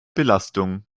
belastung